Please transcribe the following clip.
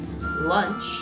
lunch